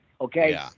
okay